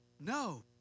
No